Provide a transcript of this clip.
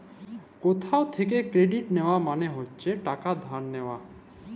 কথা থ্যাকে কেরডিট লিয়া মালে হচ্ছে টাকা ধার লিয়া